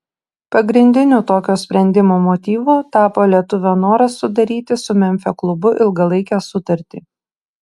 pagrindiniu tokio sprendimo motyvu tapo lietuvio noras sudaryti su memfio klubu ilgalaikę sutartį